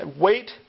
Wait